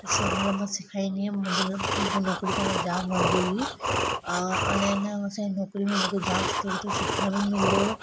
सभु मतलबु मां सेखारींदी हुअमि मुंहिंजे मतलबु मूंखे नौकिरी करणु जाम वणंदी हुई अने अन असांजी नौकिरी में मूंखे जाम सुठो सुठो सेखारण बि मिलंदो हुओ